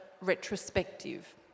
retrospective